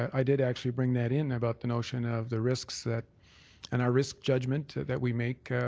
i did actually bring that in, about the notion of the risks that and our risk judgment that we make.